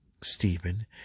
Stephen